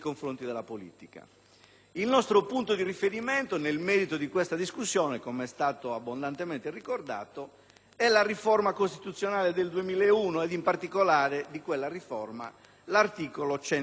Il nostro punto di riferimento, nel merito della discussione, come è stato abbondantemente ricordato, è la riforma costituzionale del 2001, in particolare l'articolo 119.